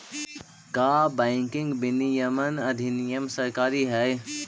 का बैंकिंग विनियमन अधिनियम सरकारी हई?